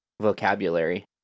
vocabulary